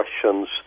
questions